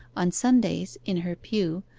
on sundays, in her pew,